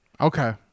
Okay